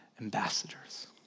ambassadors